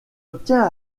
obtient